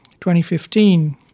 2015